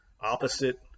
opposite